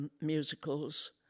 musicals